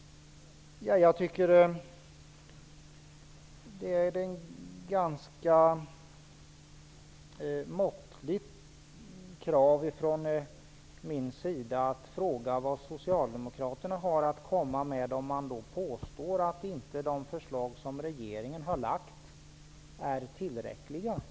Det är ett ganska måttligt krav från min sida att fråga vad Socialdemokraterna har att komma med, när de påstår att de förslag som regeringen har lagt fram inte är tillräckliga.